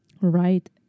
right